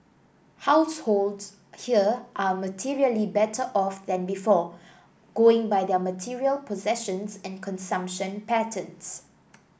households here are materially better off than before going by their material possessions and consumption patterns